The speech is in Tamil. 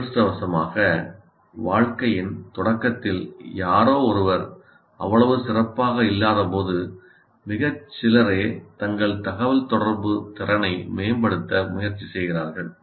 துரதிர்ஷ்டவசமாக வாழ்க்கையின் தொடக்கத்தில் யாரோ ஒருவர் அவ்வளவு சிறப்பாக இல்லாதபோது மிகச் சிலரே தங்கள் தகவல்தொடர்பு திறனை மேம்படுத்த முயற்சி செய்கிறார்கள்